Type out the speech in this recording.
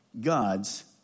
God's